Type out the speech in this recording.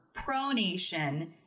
pronation